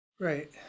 Right